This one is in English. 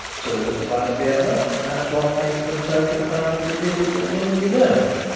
soliloquised the other. that's what makes them so confoundedly difficult when you don't.